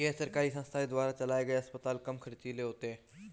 गैर सरकारी संस्थान के द्वारा चलाये गए अस्पताल कम ख़र्चीले होते हैं